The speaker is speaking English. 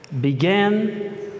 began